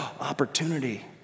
opportunity